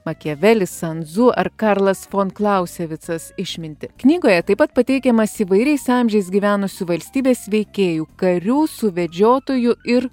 makiavelis san dzu ar karlas fon klausevicas išminties knygoje taip pat pateikiamas įvairiais amžiais gyvenusių valstybės veikėjų karių suvedžiotojų ir